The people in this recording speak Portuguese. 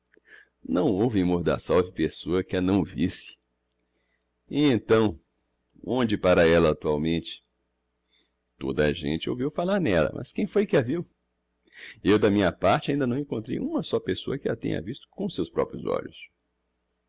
não houve em mordassov pessoa que a não visse e então onde pára ella actualmente toda a gente ouviu falar nella mas quem foi que a viu eu da minha parte ainda não encontrei uma só pessoa que a tenha visto com seus proprios olhos